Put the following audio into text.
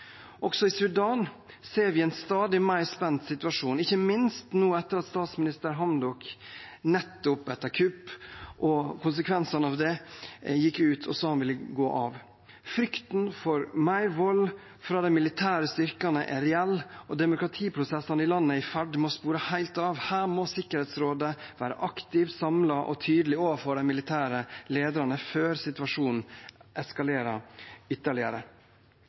Også i Sudan ser vi en stadig mer spent situasjon, ikke minst nå, etter at statsminister Hamdok nettopp etter kuppet og konsekvensene av det gikk ut og sa at han ville gå av. Frykten for mer vold fra de militære styrkene er reell, og demokratiprosessene i landet er i ferd med å spore helt av. Her må Sikkerhetsrådet være aktiv, samlet og tydelig overfor de militære lederne før situasjonen eskalerer ytterligere.